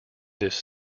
this